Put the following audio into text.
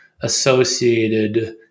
associated